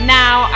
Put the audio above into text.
now